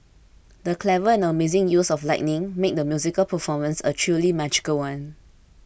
the clever and amazing use of lighting made the musical performance a truly magical one